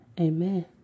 amen